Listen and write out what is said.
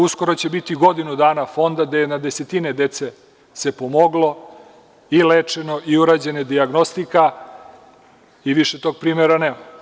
Uskoro će biti godinu dana Fonda gde se na desetine dece pomoglo, lečeno, urađena dijagnostika i više tog primera nema.